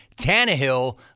Tannehill